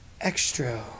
Extra